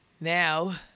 Now